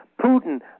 Putin